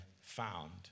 found